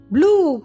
Blue